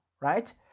right